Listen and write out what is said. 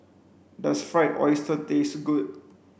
does fried oyster taste good